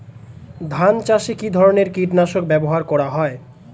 ধান চাষে কী ধরনের কীট নাশক ব্যাবহার করা হয়?